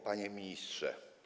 Panie Ministrze!